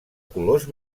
colors